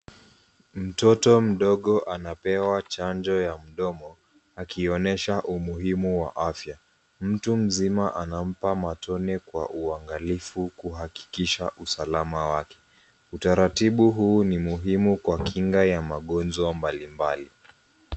Mtoto mdogo anapewa chanjo ya mdomo akionesha umuhimu wa afya. Mtu mzima anampa matone kwa uangalifu huku akihakikisha usalama wake. Utaratibu huu ni muhimu kwa kinga ya magonjwa mbalimbali.